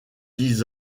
dix